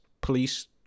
police